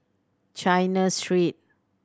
China Street